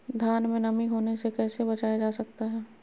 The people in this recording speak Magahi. धान में नमी होने से कैसे बचाया जा सकता है?